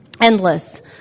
Endless